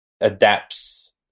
adapts